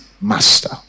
master